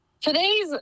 today's